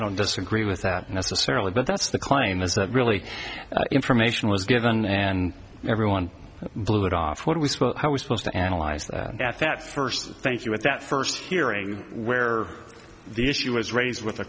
don't disagree with that necessarily but that's the claim is that really information was given and everyone blew it off what was supposed to analyze that and at that first thank you with that first hearing where the issue was raised with